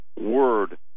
word